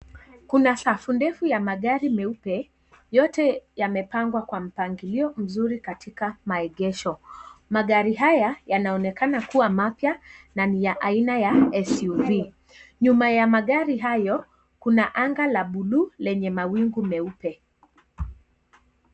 Kuna safu ndefu ya magari meupe, yote yamepangwa kwa mpangilio mzuri katika maegesho, magari haya yanaonekana kuwa mapya na ni ya aian ya SUV, nyuma ya magari hayo kuna anga